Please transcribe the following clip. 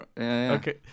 okay